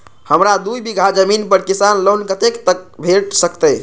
हमरा दूय बीगहा जमीन पर किसान लोन कतेक तक भेट सकतै?